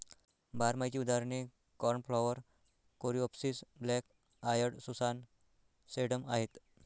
बारमाहीची उदाहरणे cornflower, coreopsis, black eyed Susan, sedum आहेत